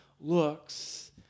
looks